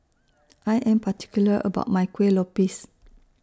I Am particular about My Kueh Lopes